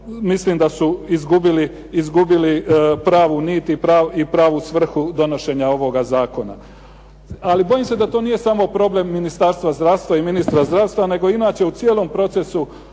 mislim da su izgubili pravu nit i pravu svrhu donošenja ovoga zakona. Ali bojim se da to nije samo problem Ministarstva zdravstva i ministra zdravstva, nego i inače u cijelom procesu